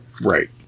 Right